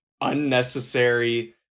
unnecessary